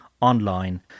online